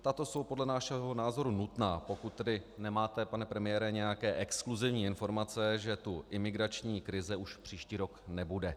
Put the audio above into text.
Tato jsou podle našeho názoru nutná, pokud nemáte, pane premiére, nějaké exkluzivní informace, že tu imigrační krize už příští rok nebude.